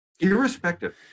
irrespective